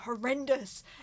horrendous